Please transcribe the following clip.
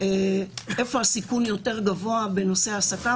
אני לא יודעת היום איפה הסיכון יותר גבוה בנושא ההעסקה,